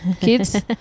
kids